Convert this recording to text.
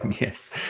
yes